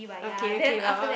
okay okay lor